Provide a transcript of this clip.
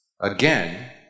again